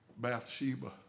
Bathsheba